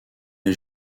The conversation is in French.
les